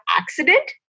accident